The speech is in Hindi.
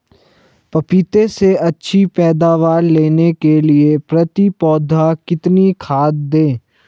पपीते से अच्छी पैदावार लेने के लिए प्रति पौधा कितनी खाद दें?